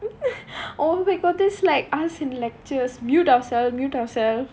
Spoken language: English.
oh my god that's like us in lectures mute ourselves mute ourselves